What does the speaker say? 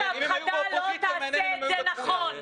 ואנשי ביטחון לא דיברו על הצוללות